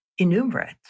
innumerate